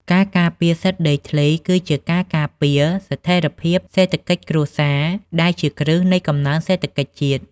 ការការពារសិទ្ធិដីធ្លីគឺជាការការពារស្ថិរភាពសេដ្ឋកិច្ចគ្រួសារ ដែលជាគ្រឹះនៃកំណើនសេដ្ឋកិច្ចជាតិ។